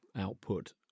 output